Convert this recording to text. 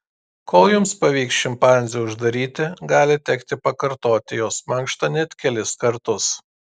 kol jums pavyks šimpanzę uždaryti gali tekti pakartoti jos mankštą net kelis kartus